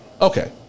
Okay